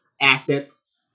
assets